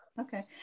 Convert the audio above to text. Okay